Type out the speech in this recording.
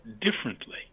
differently